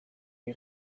die